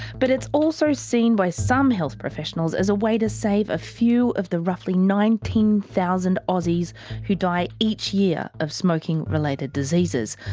but it's also seen by some health professionals as a way to save a few of the roughly nineteen thousand aussies who die each year of smoking related diseases.